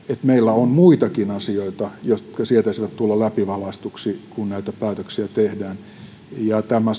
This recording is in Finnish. meillä on muitakin asioita jotka sietäisivät tulla läpivalaistuksi kun näitä päätöksiä tehdään tämä